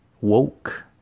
woke